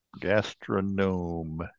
Gastronome